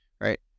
right